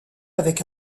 avec